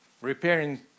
repairing